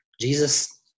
Jesus